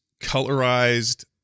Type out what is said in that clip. colorized